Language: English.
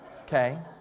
Okay